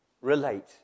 relate